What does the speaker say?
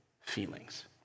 feelings